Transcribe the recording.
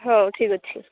ହଉ ଠିକ୍ ଅଛି